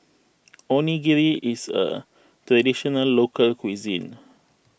Onigiri is a Traditional Local Cuisine